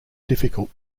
difficult